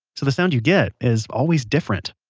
so the sound you get is always different.